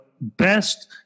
best